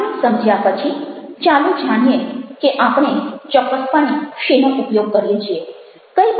આટલું સમજ્યા પછી ચાલો જાણીએ કે આપણે ચોક્કસપણે શેનો ઉપયોગ કરીએ છીએ